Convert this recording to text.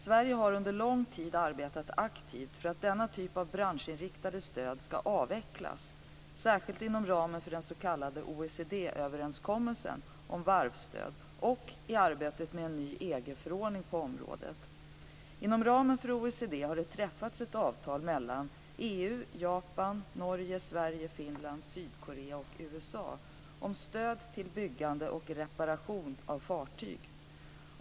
Sverige har under lång tid arbetat aktivt för att denna typ av branschinriktade stöd skall avvecklas, särskilt inom ramen för den s.k. OECD-överenskommelsen om varvsstöd och i arbetet med en ny EG-förordning på området. Inom ramen för OECD har det träffats ett avtal mellan EU, Japan, Norge, Sverige, Finland, Sydkorea och USA om stöd till byggande och reparation av fartyg.